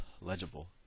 legible